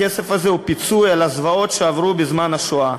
הכסף הזה הוא פיצוי על הזוועות שהם עברו בזמן השואה.